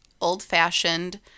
old-fashioned